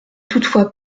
toutefois